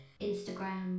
Instagram